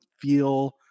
feel